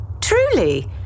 truly